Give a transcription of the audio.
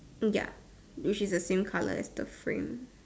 ya which is the same colour as the frame